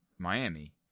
miami